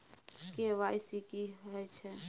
KYC की हय छै?